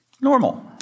Normal